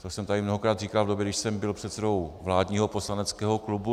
To jsem tady mnohokrát říkal v době, když jsem byl předsedou vládního poslaneckého klubu.